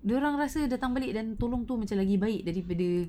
dia orang rasa datang balik dan tolong tu macam lebih baik daripada